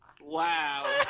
Wow